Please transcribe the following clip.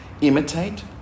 imitate